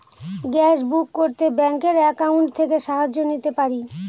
Gas book করতে ব্যাংকের account থেকে সাহায্য নিতে পারি?